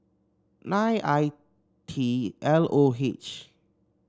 nine I T L O H